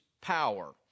power